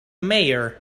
mayor